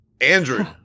Andrew